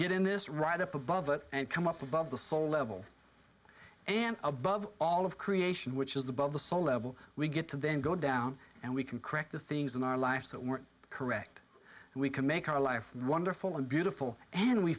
get in this right up above it and come up above the soul level and above all of creation which is above the soul level we get to then go down and we can correct the things in our life that weren't correct and we can make our life wonderful and beautiful and we